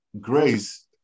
grace